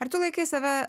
ar tu laikai save